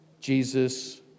Jesus